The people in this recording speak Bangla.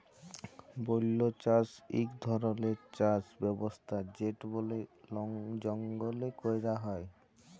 বল্য চাষ ইক ধরলের চাষ ব্যবস্থা যেট বলে জঙ্গলে ক্যরা হ্যয়